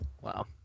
Wow